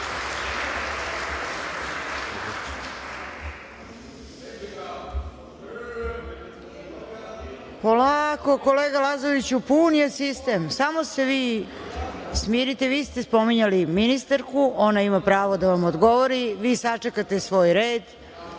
kolega Lazoviću, pun je sistem. Samo se vi smirite. Vi ste spominjali ministarku. Ona ima pravo da vam odgovori. Vi sačekate svoj red.